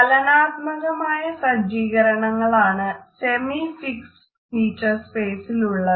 ചലനാത്മകമായ സജ്ജീകരണങ്ങളാണ് semi fixed feature സ്പേസിലുള്ളത്